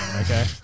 okay